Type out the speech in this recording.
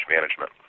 management